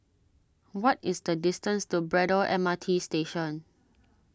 what is the distance to Braddell M R T Station